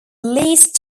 least